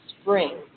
spring